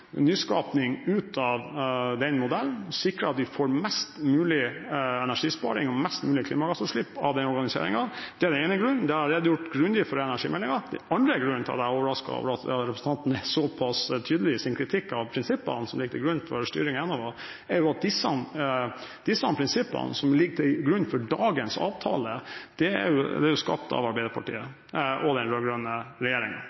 av den modellen, og å sikre at vi får mest mulig energisparing og mest mulig klimagassutslippsreduksjon av den organiseringen. Den er den ene grunnen. Det har jeg redegjort grundig for i energimeldingen. Den andre grunnen til at jeg er overrasket over at representanten er såpass tydelig i sin kritikk av prinsippene som ligger til grunn for styringen av Enova, er at disse prinsippene som ligger til grunn for dagens avtale, er jo skapt av Arbeiderpartiet og den rød-grønne regjeringen. Det er jo